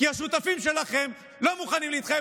כי השותפים שלכם לא מוכנים להתחייב